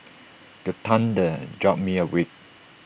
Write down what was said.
the thunder jolt me awake